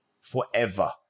forever